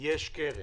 יש קרן?